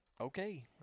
Okay